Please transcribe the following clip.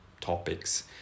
topics